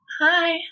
Hi